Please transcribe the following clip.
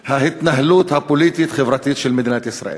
ההתנהלות הפוליטית-חברתית של מדינת ישראל.